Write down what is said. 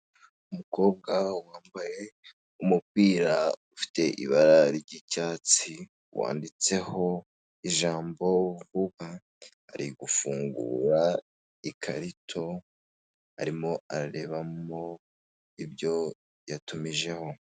Umukobwa wambaye umupira ufite ibara ry'icyatsi wanditseho ijambo vuba ari gufungura ikarito arimo arebamo ibyo yatumijeho.